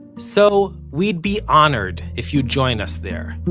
so, we'd be honored if you'd join us there,